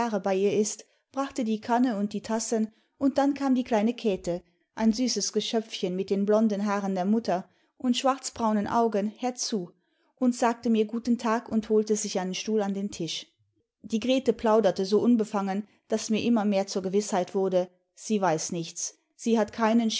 bei ihr ist brachte die kanne und die tassen und dann kam die kleine käte ein süßes geschöpf chen mit den blonden haaren der mutter und schwarzbraunen augen herzu und sagte mir guten tag und holte sich einen stuhl an den tisch die grete plauderte so imbefangen daß mir immer mehr zur gewißheit wurde sie weiß nichts sie hat keinen